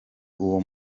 uwo